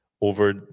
over